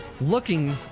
looking